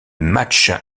match